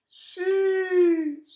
Sheesh